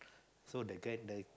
so the grand the